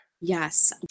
Yes